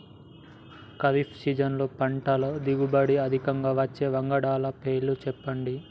ఖరీఫ్ సీజన్లో పంటల దిగుబడి అధికంగా వచ్చే వంగడాల పేర్లు చెప్పండి?